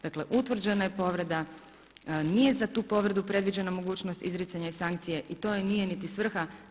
Dakle utvrđena je povreda, nije za tu povredu predviđena mogućnost izricanja i sankcije i to joj nije niti svrha.